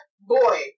boy